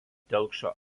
telkšo